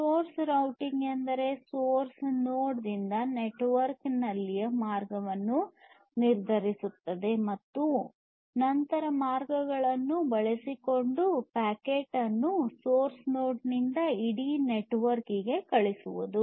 source routing ಎಂದರೆ source node ನಿಂದ network ನಲ್ಲಿನ ಮಾರ್ಗವನ್ನು ನಿರ್ಧರಿಸುತ್ತದೆ ಮತ್ತು ನಂತರ ಮಾರ್ಗಗಳನ್ನು ಬಳಸಿಕೊಂಡು ಪ್ಯಾಕೆಟ್ ಅನ್ನು ಸೋರ್ಸ್ ನೋಡ್ ನಿಂದ ಇಡೀ ನೆಟ್ವರ್ಕ್ ಗೆ ಕಳುಹಿಸುವುದು